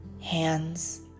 hands